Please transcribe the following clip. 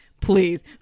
Please